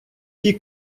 тій